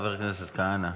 חבר הכנסת כהנא,